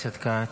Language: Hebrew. חבר הכנסת כץ.